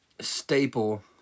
staple